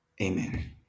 amen